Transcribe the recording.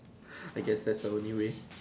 I guess that's the only way